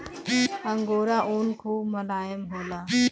angora ऊन खूब मोलायम होला